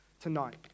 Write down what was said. tonight